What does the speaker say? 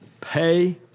pay